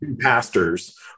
pastors